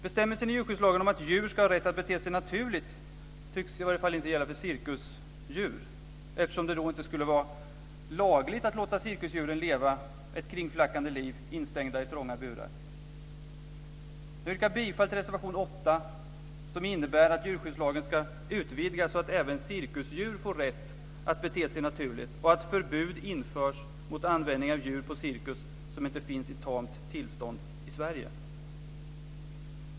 Bestämmelsen i djurskyddslagen om att djur ska ha rätt att bete sig naturligt tycks i varje fall inte gälla för cirkusdjur, eftersom det då inte skulle vara lagligt att låta cirkusdjuren leva ett kringflackande liv instängda i trånga burar. Jag yrkar bifall till reservation 8 som innebär att djurskyddslagen ska utvidgas så att även cirkusdjur får rätt att bete sig naturligt, och att förbud införs mot att på cirkus använda djur som inte finns i tamt tillstånd i Sverige.